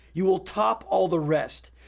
you will top all the rest.